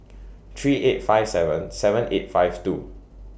three eight five seven seven eight five two